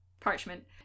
parchment